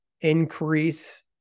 increase